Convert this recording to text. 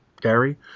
gary